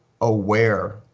aware